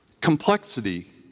Complexity